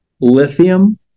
lithium